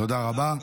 תודה רבה.